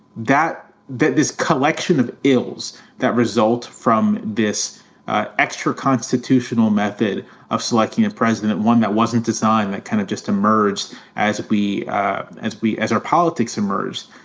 that that this collection of ills that result from this extraconstitutional method of selecting a president, one that wasn't designed, that kind of just emerged as we as we as our politics emerge.